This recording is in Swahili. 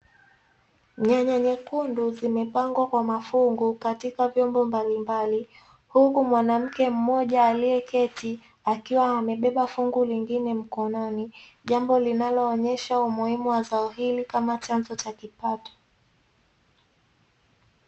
Nyanya nyekundu zimepangwa kwa mafungu katika vyombo mbalimbali, huku mwanamke mmoja aliyeketi akiwa amebeba fungu lingine mkononi, jambo linaloonyesha umuhimu wa zao hili kama chanzo cha kipato